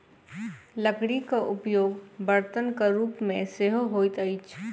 लकड़ीक उपयोग बर्तनक रूप मे सेहो होइत अछि